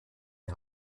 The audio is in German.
die